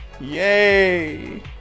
Yay